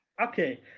okay